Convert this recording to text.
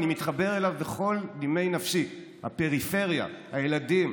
אני מתחבר אליו בכל נימי נפשי, הפריפריה, הילדים,